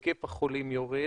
היקף החולים יורד,